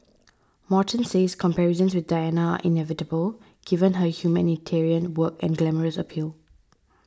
Morton says comparisons with Diana inevitable given her humanitarian work and glamorous appeal